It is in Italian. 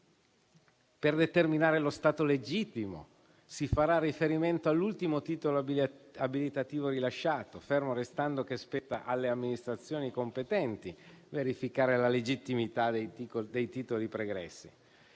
Per determinare lo stato legittimo si farà riferimento all'ultimo titolo abilitativo rilasciato, fermo restando che spetta alle amministrazioni competenti verificare la legittimità dei titoli pregressi.